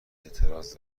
اعتراض